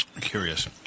curious